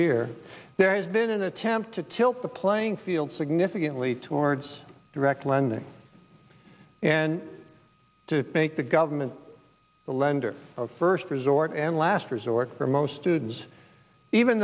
year there has been an attempt to tilt the playing field significantly towards direct lending and to make the government the lender of first resort and last resort for most students even